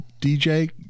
dj